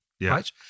right